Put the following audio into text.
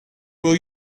will